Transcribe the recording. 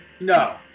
No